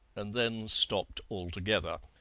and then stopped altogether.